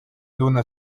tunne